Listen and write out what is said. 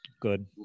Good